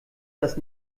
das